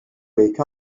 wake